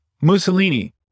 Mussolini